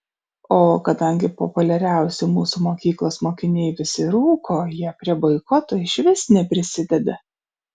o kadangi populiariausi mūsų mokyklos mokiniai visi rūko jie prie boikoto išvis neprisideda